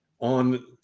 on